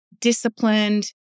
disciplined